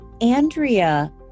andrea